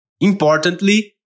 Importantly